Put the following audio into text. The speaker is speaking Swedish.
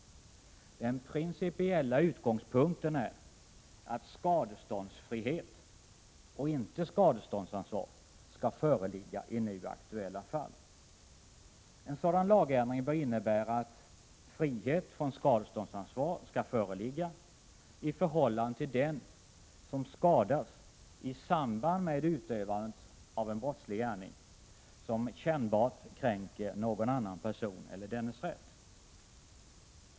Den principiella utgångspunkten är att skadeståndsfrihet och inte skadeståndsansvar skall föreligga i nu aktuella fall. En sådan lagändring bör innebära att frihet från skadeståndsansvar skall föreligga i förhållande till den som skadas i samband med utövandet av en brottslig gärning som kännbart kränker någon annan person eller dennes rätt.